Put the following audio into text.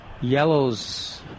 yellows